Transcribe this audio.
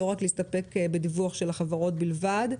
לא רק להסתפק בדיווח של החברות בלבד.